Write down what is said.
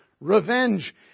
revenge